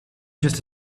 just